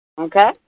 Okay